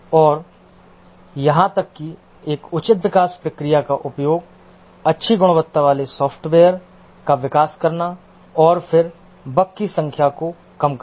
और यहां तक कि एक उचित विकास प्रक्रिया का उपयोग अच्छी गुणवत्ता वाले सॉफ़्टवेयर का विकास करना और फिर बग की संख्या को कम करना